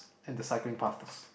and the cycling paths